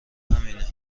همینه